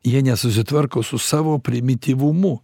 jie nesusitvarko su savo primityvumu